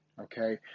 okay